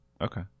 Okay